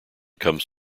comes